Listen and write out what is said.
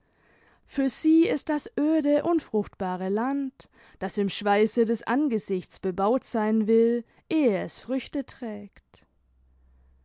für sie ist das öde unfruchtbare land das im schweiße des angesichts bebaut sein will ehe es früchte trägt